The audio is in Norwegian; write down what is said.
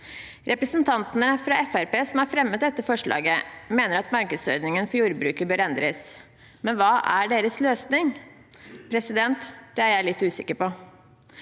Representantene fra Fremskrittspartiet som har fremmet dette forslaget, mener at markedsordningen for jordbruket bør endres, men hva er deres løsning? Det er jeg litt usikker på.